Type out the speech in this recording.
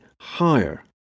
higher